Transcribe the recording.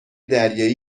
دریایی